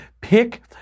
pick